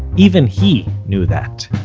even he knew that,